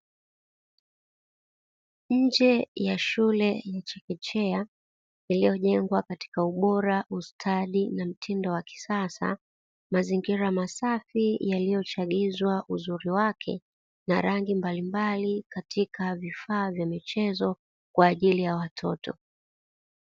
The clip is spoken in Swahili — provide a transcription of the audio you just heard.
Nje ya shule ya chekechea iliyojengwa katika ubora, ustadi na mtindo wa kisasa; mazingira masafi yaliyochagizwa uzuri wake na rangi mbalimbali katika vifaa vya michezo kwa ajili ya watoto.